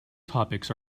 topics